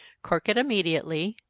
cork it immediately,